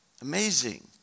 Amazing